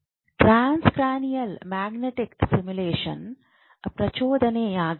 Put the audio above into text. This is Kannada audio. TMS transcranial magnetic ಪ್ರಚೋದನೆಯಾಗಿದೆ